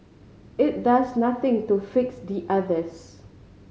it does nothing to fix the others